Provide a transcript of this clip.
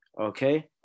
okay